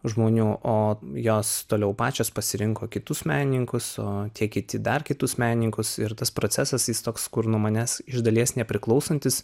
žmonių o jos toliau pačios pasirinko kitus menininkus o tie kiti dar kitus menininkus ir tas procesas jis toks kur nuo manęs iš dalies nepriklausantis